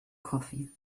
coffee